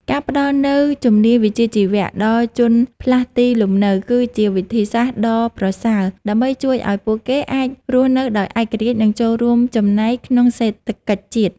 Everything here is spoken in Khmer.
ការផ្តល់នូវជំនាញវិជ្ជាជីវៈដល់ជនផ្លាស់ទីលំនៅគឺជាវិធីសាស្ត្រដ៏ប្រសើរ ដើម្បីជួយឱ្យពួកគេអាចរស់នៅដោយឯករាជ្យ និងចូលរួមចំណែកក្នុងសេដ្ឋកិច្ចជាតិ។